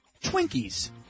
Twinkies